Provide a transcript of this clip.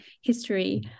history